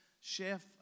Chef